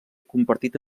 compartit